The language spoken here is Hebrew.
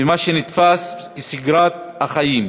במה שנתפס כשגרת החיים,